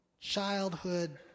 childhood